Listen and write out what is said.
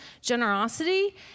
generosity